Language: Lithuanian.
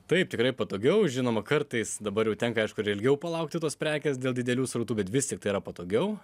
taip tikrai patogiau žinoma kartais dabar jau tenka aišku ir ilgiau palaukti tos prekės dėl didelių srautų bet vis tik tai yra patogiau